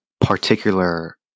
particular